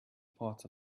part